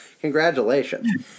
Congratulations